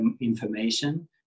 information